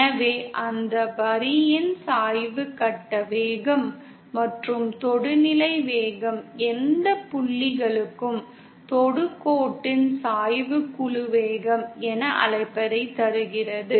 எனவே அந்த வரியின் சாய்வு கட்ட வேகம் மற்றும் தொடுநிலை வேகம் எந்த புள்ளிகளுக்கும் தொடுகோட்டின் சாய்வு குழு வேகம் என அழைப்பதை தருகிறது